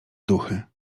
duchy